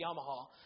Yamaha